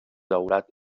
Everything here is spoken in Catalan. daurat